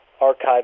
archive